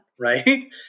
Right